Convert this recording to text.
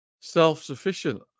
Self-sufficient